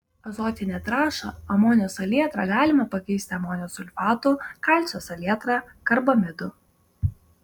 azotinę trąšą amonio salietrą galima pakeisti amonio sulfatu kalcio salietra karbamidu